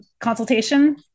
consultation